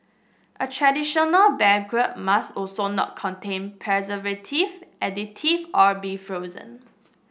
a traditional baguette must also not contain preservative additive or be frozen